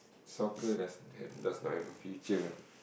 soccer doesn't have does not have a future